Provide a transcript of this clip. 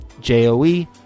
J-O-E